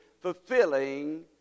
Fulfilling